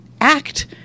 act